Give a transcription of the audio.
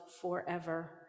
forever